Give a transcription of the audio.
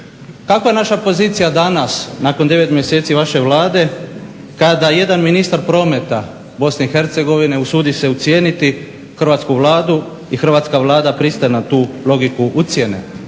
Kakva je naša pozicija danas, nakon 9 mjeseci vaše Vlade, kada jedan ministar prometa Bosne i Hercegovine usudi se ucijeniti Hrvatsku vladu i Hrvatska vlada pristaje na tu logiku ucjene,